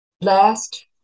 Last